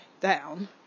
down